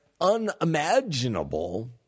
unimaginable